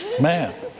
man